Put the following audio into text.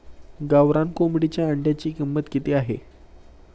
गावरान कोंबडीच्या अंड्याची किंमत किती आहे?